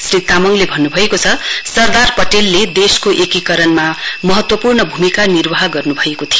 श्री तामा ले भन्नु भएको छ सरदार पटेलले देशको एकीकरणमा महत्वपूर्ण भूमिका निर्वाह गर्नु भएको थियो